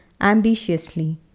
ambitiously